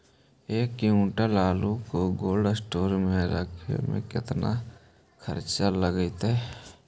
एक क्विंटल आलू के कोल्ड अस्टोर मे रखे मे केतना खरचा लगतइ?